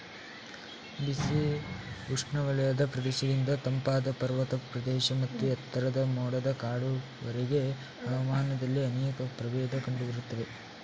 ಬಿಸಿ ಉಷ್ಣವಲಯದ ಪ್ರದೇಶದಿಂದ ತಂಪಾದ ಪರ್ವತ ಪ್ರದೇಶ ಮತ್ತು ಎತ್ತರದ ಮೋಡದ ಕಾಡುವರೆಗೆ ಹವಾಮಾನದಲ್ಲಿ ಅನೇಕ ಪ್ರಭೇದ ಕಂಡುಬರ್ತವೆ